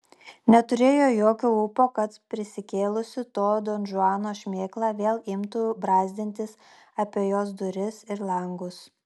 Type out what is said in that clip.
neturėjo jokio ūpo kad prisikėlusi to donžuano šmėkla vėl imtų brazdintis apie jos duris ir langus